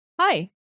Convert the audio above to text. Hi